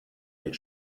mit